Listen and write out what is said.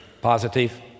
positive